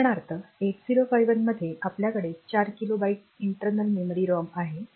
उदाहरणार्थ 8051 मध्ये आपल्याकडे 4 kilobyte internal memory ROM आहे